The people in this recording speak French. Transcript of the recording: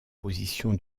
position